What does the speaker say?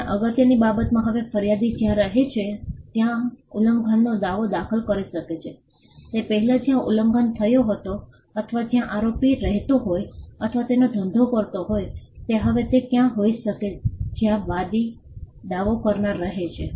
અને અગત્યની બાબતમાં હવે ફરિયાદી જ્યાં રહે છે ત્યાં ઉલ્લંઘનનો દાવો દાખલ કરી શકાય છે તે પહેલાં જ્યાં ઉલ્લંઘન થયો હતો અથવા જ્યાં આરોપી રહેતો હોય અથવા તેનો ધંધો કરતો હતો તે હવે તે ક્યાંય હોઈ શકે જ્યાં વાદીદાવો કરનાર રહે છે